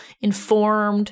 informed